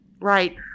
Right